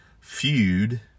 feud